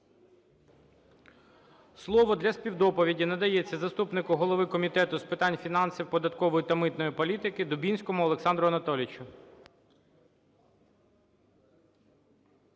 Слово для співдоповіді надається заступнику голови Комітету з питань фінансів, податкової та митної політики Дубінському Олександру Анатолійовичу.